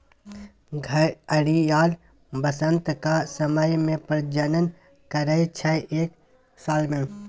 घड़ियाल बसंतक समय मे प्रजनन करय छै एक साल मे